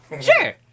Sure